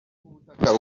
ubutaka